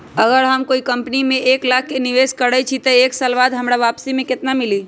अगर हम कोई कंपनी में एक लाख के निवेस करईछी त एक साल बाद हमरा वापसी में केतना मिली?